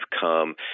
come